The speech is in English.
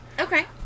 Okay